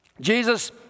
Jesus